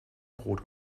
brot